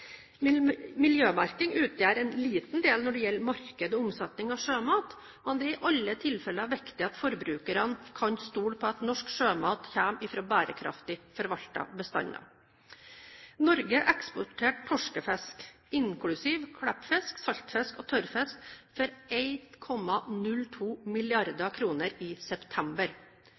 Miljømerking utgjør en liten del når det gjelder marked og omsetning av sjømat, men det er i alle tilfelle viktig at forbrukerne kan stole på at norsk sjømat kommer fra bærekraftig forvaltede bestander. Norge eksporterte torskefisk inklusiv klippfisk, saltfisk og tørrfisk for 1,02 mrd. kr i september. Det utgjør en